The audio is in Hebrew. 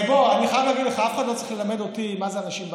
אני חייב להגיד לך: אף אחד לא צריך ללמד אותי מה זה אנשים בקצה,